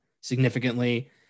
significantly